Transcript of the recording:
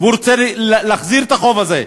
והוא רוצה להחזיר את החוב הזה.